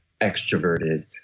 extroverted